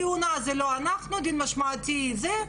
כהונה זה לא אנחנו, דין משמעתי זה,